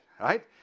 right